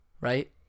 right